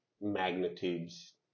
magnitudes